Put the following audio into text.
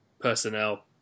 Personnel